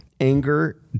Anger